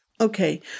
Okay